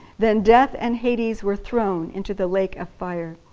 then death and hades were thrown into the lake of fire.